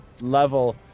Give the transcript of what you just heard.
level